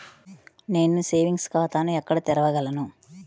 నేను సేవింగ్స్ ఖాతాను ఎక్కడ తెరవగలను?